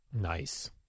nice